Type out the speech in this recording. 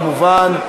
זה לא משפיע, כמובן,